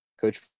Coach